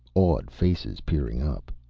awed faces peering up.